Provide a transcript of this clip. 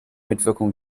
mitwirkung